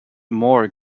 more